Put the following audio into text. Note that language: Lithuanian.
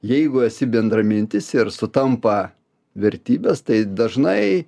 jeigu esi bendramintis ir sutampa vertybės tai dažnai